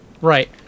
Right